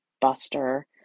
Buster